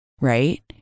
right